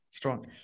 strong